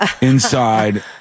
inside